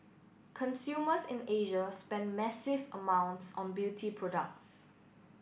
consumers in Asia spend massive amounts on beauty products